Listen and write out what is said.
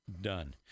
done